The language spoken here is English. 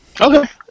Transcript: Okay